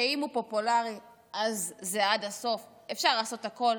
שאם הוא פופולרי אז זה עד הסוף, שאפשר לעשות הכול.